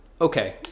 Okay